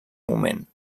moment